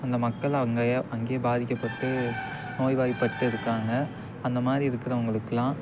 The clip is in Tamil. அந்த மக்கள் அங்கேயே அங்கேயே பாதிக்கப்பட்டு நோய்வாய்ப்பட்டு இருக்காங்க அந்த மாதிரி இருக்கிறவங்களுக்குலாம்